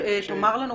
תאמר לנו,